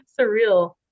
surreal